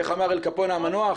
איך אמר אל קפונה המנוח?